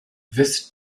this